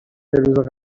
روز